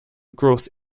growth